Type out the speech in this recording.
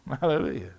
Hallelujah